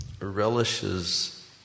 relishes